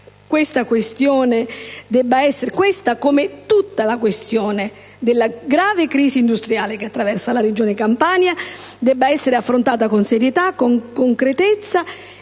questione, come tutta la questione della grave crisi industriale che attraversa la regione Campania, debba essere affrontata con serietà, concretezza